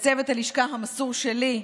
ולצוות הלשכה המסור שלי,